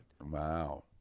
wow